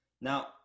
Now